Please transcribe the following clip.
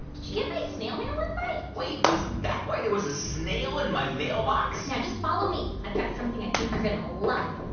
did you get my snail mail invite? wait. was that why there was a snail in my mailbox? now just follow me. i've got something i think you're going to love.